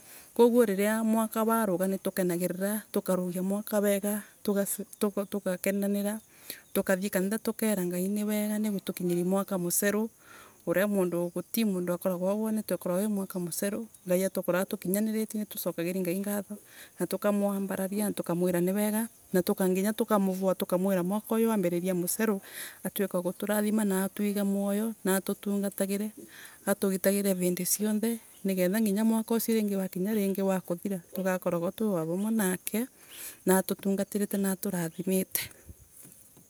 Kaguo nina mwaka wa ruga nitukeragirira. tukarugia mwaka wega tuhakenerera. tukathie kanitha tukera Ngai ni wega nigutukinyira mwaka mucena una mundu gutimundu akoragwa agwonete ukoragwa wi mwaka muceru. Ngai akoragwa atukinyanintie nitucokagiria Ngai ngatho natukamwambarariab na tuka mwira ni wega. na nginya atuike wa guturathima natwige moyo na atutungatagire. atugitagire vindi cionthe nigetha mwaka ucio wingi kinya ringu wakuthira tuga korwotwi wavamwe nake naatutungatirite na aturathimite.